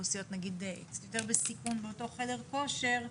אוכלוסיות נגיד קצת יותר בסיכון באותו חדר כושר.